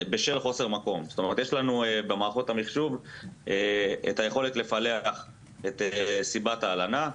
זאת אומרת יש לנו במערכות המחשוב את היכולת לפלח את סיבת ההלנה,